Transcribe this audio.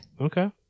Okay